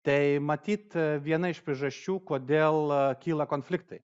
tai matyt viena iš priežasčių kodėl kyla konfliktai